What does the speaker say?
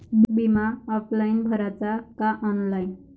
बिमा ऑफलाईन भराचा का ऑनलाईन?